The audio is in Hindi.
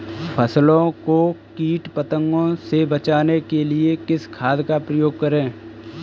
फसलों को कीट पतंगों से बचाने के लिए किस खाद का प्रयोग करें?